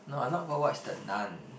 no I'm not gonna watch the Nun